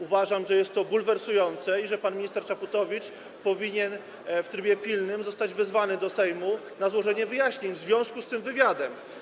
Uważam, że jest to bulwersujące i że pan minister Czaputowicz powinien w trybie pilnym zostać wezwany do Sejmu w celu złożenia wyjaśnień w związku z tym wywiadem.